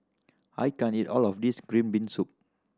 I can't eat all of this green bean soup